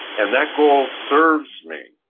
and that goal serves me,